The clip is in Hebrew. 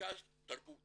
מרכז תרבות